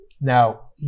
Now